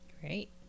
Great